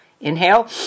Inhale